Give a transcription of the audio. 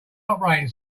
operating